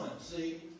See